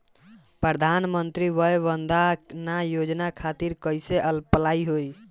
प्रधानमंत्री वय वन्द ना योजना खातिर कइसे अप्लाई करेम?